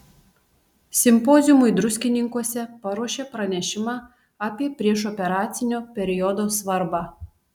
simpoziumui druskininkuose paruošė pranešimą apie priešoperacinio periodo svarbą